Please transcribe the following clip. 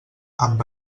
amb